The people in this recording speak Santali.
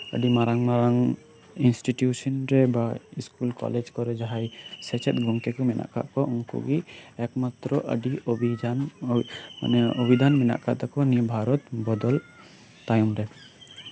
ᱟᱹᱰᱤ ᱢᱟᱨᱟᱝ ᱢᱟᱨᱟᱝ ᱤᱱᱥᱴᱤᱴᱤᱭᱩᱥᱚᱱ ᱨᱮ ᱥᱠᱩᱞ ᱠᱚᱞᱮᱡᱽ ᱠᱚᱨᱮ ᱡᱟᱦᱟᱸᱭ ᱥᱮᱪᱮᱫ ᱜᱚᱢᱠᱮ ᱠᱚ ᱢᱮᱱᱟᱜ ᱟᱠᱟᱫ ᱠᱚᱣᱟ ᱩᱱᱠᱩ ᱠᱚᱜᱮ ᱮᱠᱢᱟᱛᱛᱨᱚ ᱟᱰᱤ ᱚᱵᱷᱤᱡᱟᱱ ᱢᱟᱱᱮ ᱚᱵᱷᱤ ᱫᱷᱟᱱ ᱢᱮᱱᱟᱜ ᱟᱠᱟᱫ ᱛᱟᱠᱚᱣᱟ ᱱᱚᱸᱰᱮ ᱩᱱᱤ ᱵᱷᱟᱨᱚᱛ ᱵᱚᱫᱚᱞ ᱛᱟᱭᱚᱢᱨᱮ